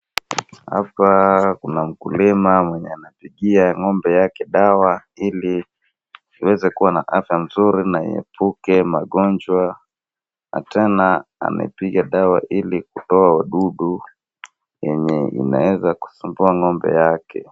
Hapa kuna mkulima mwenye anapigia ng'ombe yake dawa ili iweze kuwa na afya mzuri na iepuke magonjwa hata na amepiga dawa ili kutoa wadudu yenye inaweza kusumbua ng'ombe yake.